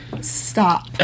stop